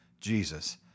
Jesus